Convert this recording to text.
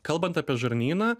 kalbant apie žarnyną